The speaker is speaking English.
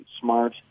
smart